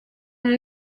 muri